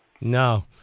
No